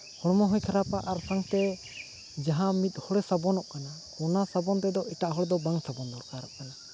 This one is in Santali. ᱦᱚᱲᱢᱚ ᱦᱚᱸᱭ ᱠᱷᱟᱨᱟᱯᱟ ᱟᱨ ᱥᱟᱶᱛᱮ ᱡᱟᱦᱟᱸ ᱢᱤᱫ ᱦᱚᱲᱮ ᱥᱟᱵᱚᱱᱚᱜ ᱠᱟᱱᱟ ᱚᱱᱟ ᱥᱟᱵᱚᱱ ᱛᱮᱫᱚ ᱮᱴᱟᱜ ᱦᱚᱲ ᱫᱚ ᱵᱟᱝ ᱥᱟᱵᱚᱱ ᱫᱚᱨᱠᱟᱨᱚᱜ ᱠᱟᱱᱟ